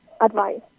Advice